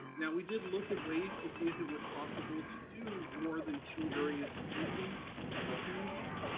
now, we did look at ways to see if it was possible to do more than two areas linking the two communities,